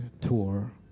tour